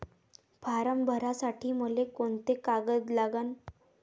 Form भरासाठी मले कोंते कागद लागन?